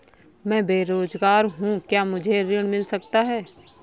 मैं बेरोजगार हूँ क्या मुझे ऋण मिल सकता है?